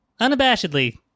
Unabashedly